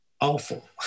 awful